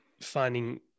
finding